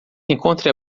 encontre